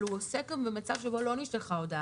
אבל הוא עוסק גם במצב שבו לא נשלחה הודעה.